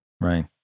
Right